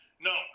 No